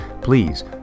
please